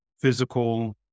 physical